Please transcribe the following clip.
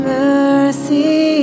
mercy